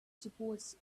supports